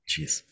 Jeez